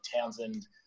Townsend